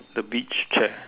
the beach chair